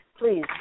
please